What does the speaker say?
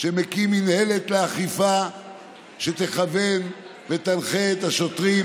שמקים מינהלת לאכיפה שתכוון ותנחה את השוטרים,